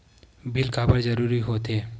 Bill काबर जरूरी होथे?